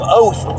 oath